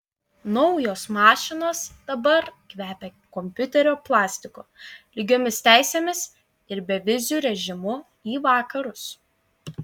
naujos mašinos dabar kvepia kompiuterio plastiku lygiomis teisėmis ir beviziu režimu į vakarus